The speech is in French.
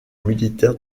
militaire